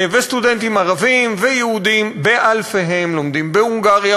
וסטודנטים ערבים ויהודים באלפיהם לומדים בהונגריה,